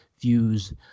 views